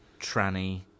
Tranny